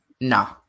No